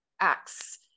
acts